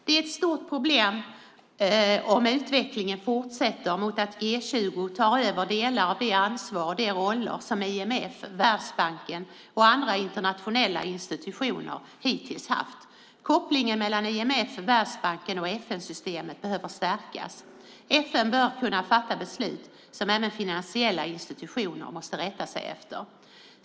Det är ett stort problem om utvecklingen fortgår mot att EU-20 tar över delar av de roller som IMF, Världsbanken och andra internationella institutioner hittills haft. Kopplingen mellan IMF, Världsbanken och FN-systemet behöver stärkas. FN bör kunna fatta beslut som även finansiella institutioner måste rätta sig efter.